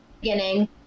beginning